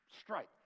strike